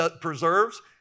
preserves